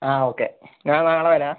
അ okay ഞാൻ നാളെ വരാം